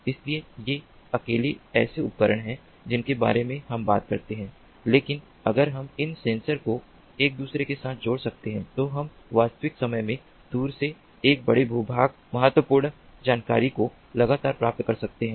इसलिए ये अकेले ऐसे उपकरण हैं जिनके बारे में हम बात करते हैं लेकिन अगर हम इन सेंसर को एक दूसरे के साथ जोड़ सकते हैं तो हम वास्तविक समय में दूर से एक बड़े भूभाग से महत्वपूर्ण जानकारी को लगातार प्राप्त कर सकते हैं